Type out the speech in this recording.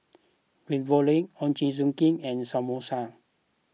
Ravioli Ochazuke and Samosa